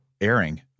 airing